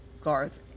garth